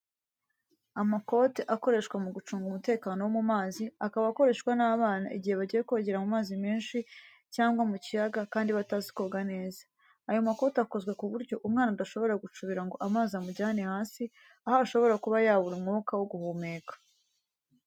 Amakote akoreshwa mu gucunga umutekano wo mu mazi, akaba akoreshwa n'abana igihe bagiye kogera mu mazi menshi cyangwa mu kiyaga kandi batazi koga neza. Ayo makote akozwe ku buryo umwana adashobora gucubira ngo amazi amujyane hasi, aho ashobora kuba yabura umwuka wo guhumeka.